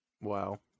Wow